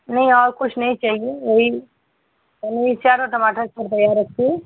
नहीं और कुछ नहीं चाहिए वही पनीर चारों टमाटर चाट तैयार रखिए